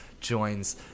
joins